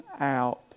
out